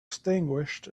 extinguished